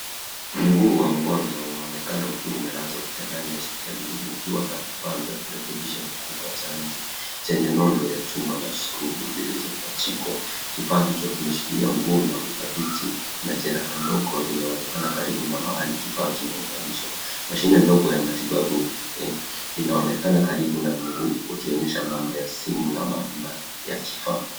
Mguu wa mgonjwa unaonekana ukiwa umelazwa kitandani hospitalini ukiwa na vifaa vya kurekebisha mfupa cha nje chenye nundu ya chuma na skrubu zilizopachikwa. Kifaa hicho kimeshikilia mguu na udhabiti na jeraha ndogo linaonekana karibu na mahali kifaa kimeunganishwa. Mashine ndogo ya matibabu inaonekana karibu na mguu, ikionyesha namba ya simu ama namba ya kifaa.